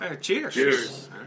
Cheers